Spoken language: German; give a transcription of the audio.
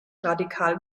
radikal